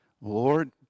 Lord